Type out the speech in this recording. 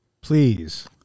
please